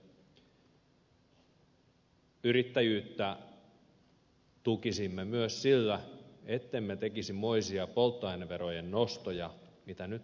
yrittäjyyttä tukisimme myös sillä ettemme tekisi moisia polttoaineverojen nostoja mitä nyt hallitus on tekemässä